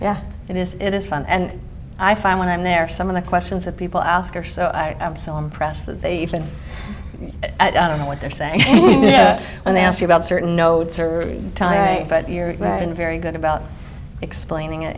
yeah it is it is fun and i find when i'm there some of the questions that people ask are so i am so impressed that they even i don't know what they're saying when they ask you about certain nodes or time right but you're right in very good about explaining it